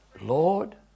Lord